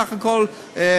סך הכול מחקר,